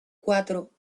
cuatro